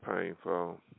painful